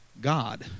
God